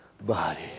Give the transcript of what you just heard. body